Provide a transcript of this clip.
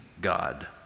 God